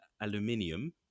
aluminium